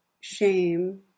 shame